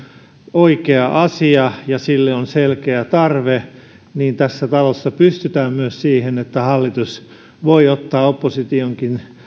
oikea asia ja sille on selkeä tarve niin tässä talossa pystytään myös siihen että hallitus voi ottaa oppositionkin